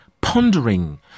pondering